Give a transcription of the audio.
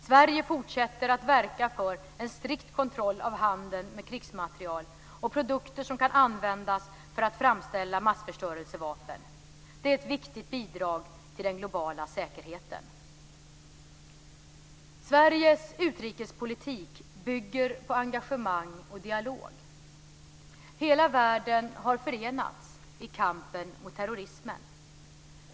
Sverige fortsätter att verka för en strikt kontroll av handeln med krigsmateriel och produkter som kan användas för att framställa massförstörelsevapen. Det är ett viktigt bidrag till den globala säkerheten. Sveriges utrikespolitik bygger på engagemang och dialog. Hela världen har förenats i kampen mot terrorismen.